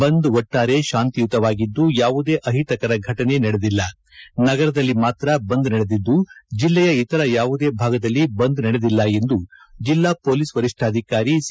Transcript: ಬಂದ್ ಒಟ್ಕಾರೆ ಶಾಂತಿಯುತವಾಗಿದ್ದು ಯಾವುದೇ ಅಹಿತಕರ ಘಟನೆ ನಡೆದಿಲ್ಲ ನಗರದಲ್ಲಿ ಮಾತ್ರ ಬಂದ್ ನಡೆದಿದ್ದು ಜಿಲ್ಲೆಯ ಇತರ ಯಾವುದೇ ಭಾಗದಲ್ಲಿ ಬಂದ್ ನಡೆದಿಲ್ಲ ಎಂದು ಜಿಲ್ಲಾ ಪೊಲೀಸ್ ವರಿಷ್ಣಾಧಿಕಾರಿ ಸಿ